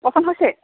পচন্দ হৈছে